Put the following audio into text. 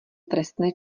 trestné